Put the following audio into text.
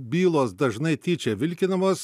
bylos dažnai tyčia vilkinamos